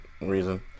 reason